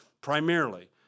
Primarily